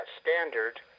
standard